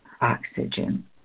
oxygen